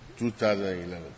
2011